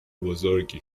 بزرگی